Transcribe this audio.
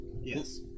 Yes